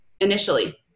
initially